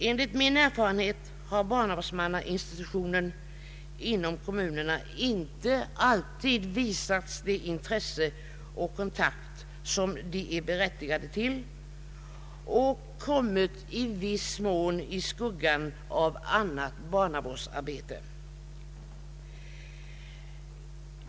Enligt min erfarenhet har barnavårdsmannainstitutionen inom kommunerna inte alltid visats det intresse och fått den kontakt som den är berättigad till utan i viss mån kommit i skuggan av annat barnavårdsarbete.